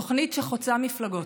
תוכנית שחוצה מפלגות,